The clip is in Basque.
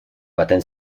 baten